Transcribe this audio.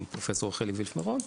עם פרופסור רחלי וילף-מירון,